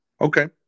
Okay